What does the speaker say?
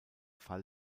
fall